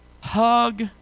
hug